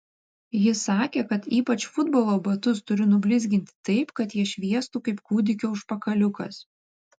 jis sakė kad ypač futbolo batus turiu nublizginti taip kad jie šviestų kaip kūdikio užpakaliukas